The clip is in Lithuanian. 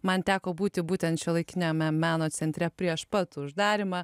man teko būti būtent šiuolaikiniame meno centre prieš pat uždarymą